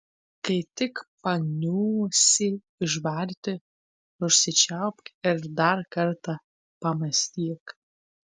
kai tik panūsi išbarti užsičiaupk ir dar kartą pamąstyk